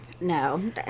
No